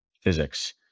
physics